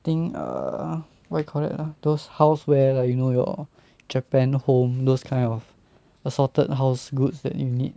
I think err what you call that ah those house ware like you know your japan home those kind of assorted house goods that you need